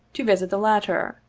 to visit the latter,